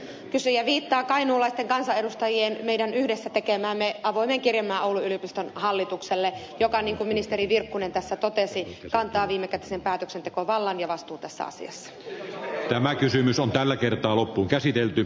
kysyjä viittaa meidän kainuulaisten kansanedustajien yhdessä tekemäämme avoimeen kirjelmään oulun yliopiston hallitukselle joka niin kuin ministeri virkkunen tässä totesi kantaa viimekätisen päätöksentekovallan ja vastuun tässä asiassa tämä kysymys on tällä kertaa loppuunkäsitelty